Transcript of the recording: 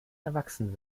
erwachsen